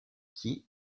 qui